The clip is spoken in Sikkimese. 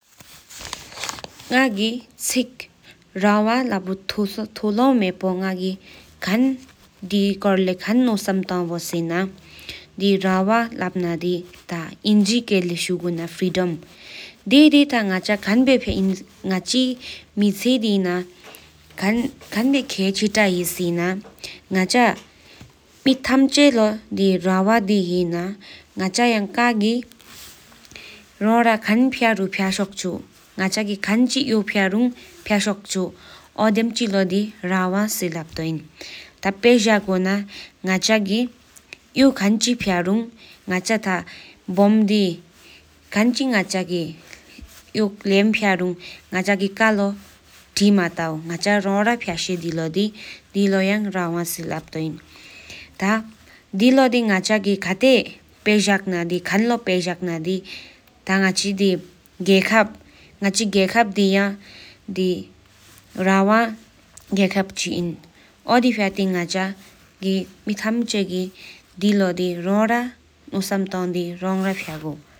ང་གི་གཅིག་རགས་བལ་འཕགས་ཞིག་འགོག་མེལ་འཕན་སེམས་འཆའི་འཐུང་ང་བྱང་འཛོམས་སེམས་འཇེཌ་དལ་འདས་གཅིག་རགས་བལ་ནས་གྲོང་འབོམ་འདས་དང་རུ་ངའི་དངོས་པོ་གཉེས་དེ་ལའི་དགྱོན་རབས་རབ་ཞིག་ཅུང་ལེགས་རེས་དེ་བར་སྐྱེད་ཉམས་མདངས་པ། ཐ་གྱུ་བྱིས་ངའི་གཉེར་དེ་རུ་ཡང་མཐུང་ནས་གྲོང་སྐད་བབས་དེ་རུ་ར་འཐེག་ཁ་ཁྲེགས་ཐོམ་ལེགས་ཅུ་ཞོགས་གཅེར་སྐོང་བར་མཆོག་རབ་རྒྱུན་རྫས་ར་དེ་བ་བར་འདས་སྟུམད་ར་དེ་བསམས། ཐ་འདུ་གྱུ་སེམས་ངའི་གཉེར་ནས་དེ་ཛ་ངོ་མཉ་འི་འཆིས་ཟླརིགས་དེ་བླ་དག་ᵴེཡ་དོ་ར་བ་ཕྱིགས་ཟུཤ་ཁྲོད་དེ་ཁᵴེགར་འགྱོ་པ་མཁོན་དེ་ལའི།